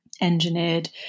engineered